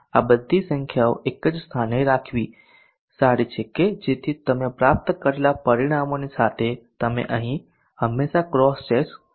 આ બધી સંખ્યાઓ એક જ સ્થાને રાખવી સારી છે કે જેથી તમે પ્રાપ્ત કરેલા પરિણામોની સાથે તમે હંમેશાં ક્રોસ ચેક કરી શકો